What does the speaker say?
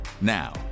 Now